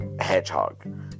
Hedgehog